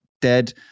dead